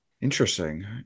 Interesting